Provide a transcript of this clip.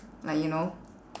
like you know